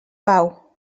pau